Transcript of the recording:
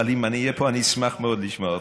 אבל אם אני אהיה פה אני אשמח מאוד לשמוע אותך.